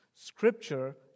Scripture